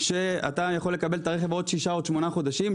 שאתה יכול לקבל את הרכב בעוד שישה או שמונה חודשים,